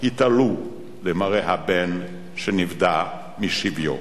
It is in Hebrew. התעלו למראה הבן שנפדה משביו.